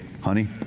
honey